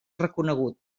reconegut